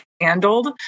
handled